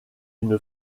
une